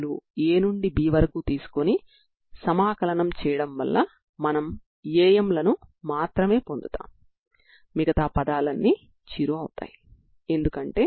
కాబట్టి విభిన్న సరిహద్దులు నియమాలు కలిగిన స్టర్మ్ లియోవిల్లే సమస్యను మీరు సంగ్రహించవచ్చు